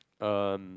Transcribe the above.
um